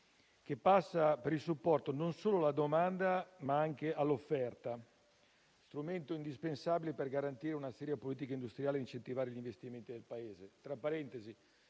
che passa per il supporto non solo alla domanda, ma anche all'offerta, strumento indispensabile per garantire una seria politica industriale e incentivare gli investimenti nel Paese.